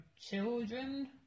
children